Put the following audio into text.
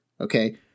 okay